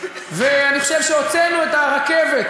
ואני חושב שהוצאנו את הרכבת,